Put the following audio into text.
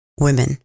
women